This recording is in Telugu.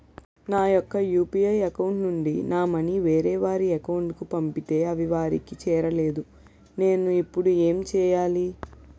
నా యెక్క యు.పి.ఐ అకౌంట్ నుంచి నా మనీ వేరే వారి అకౌంట్ కు పంపితే అవి వారికి చేరలేదు నేను ఇప్పుడు ఎమ్ చేయాలి?